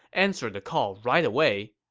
answered the call right away,